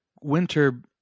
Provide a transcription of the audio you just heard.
winter